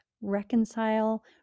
reconcile